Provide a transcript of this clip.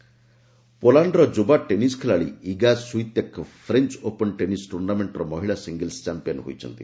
tennis ପୋଲାଣ୍ଡର ଯୁବା tennis ଖେଳାଳି Iga Swiatek French open tennis ଟୁର୍ଣ୍ଣମେଣ୍ଟ୍ର ମହିଳା ସିଙ୍ଗଲସ୍ ଚାମ୍ପିଅନ୍ ହୋଇଛନ୍ତି